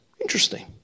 Interesting